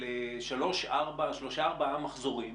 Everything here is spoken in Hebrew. אלה שלושה-ארבעה מחזורים